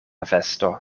vesto